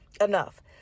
enough